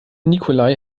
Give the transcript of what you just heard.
nikolai